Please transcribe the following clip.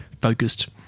focused